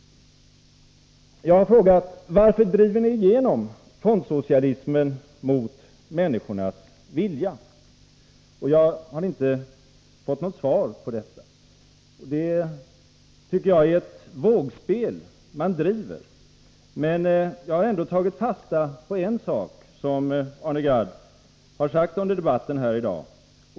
Jag har frågat: Varför driver ni igenom fondsocialismen mot människornas vilja? Jag har inte fått något svar på detta. Jag tycker det är ett vågspel man driver, men jag tar ändå fasta på en sak som Arne Gadd sagt under debatten här i dag.